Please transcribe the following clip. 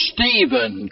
Stephen